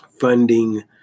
funding